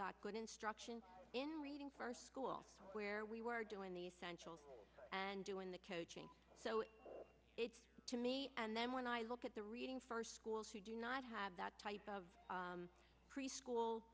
got good instruction in reading for school where we were doing the essentials and doing the coaching so it's to me and then when i look at the reading first schools who do not have that type of preschool